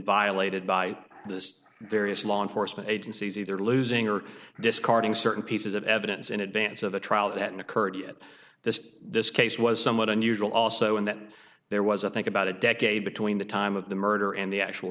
violated by this various law enforcement agencies either losing or discarding certain pieces of evidence in advance of a trial that occurred yet this this case was somewhat unusual also in that there was i think about a decade between the time of the murder and the actual